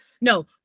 no